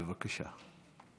בבקשה.